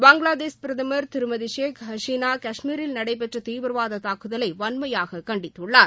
பங்களாதேஷ் பிரதமர் திருமதி ஷேக் ஹசினா காஷ்மீரில் நடைபெற்ற தீவிரவாத தாக்குதலை வன்மையாக கண்டித்துள்ளார்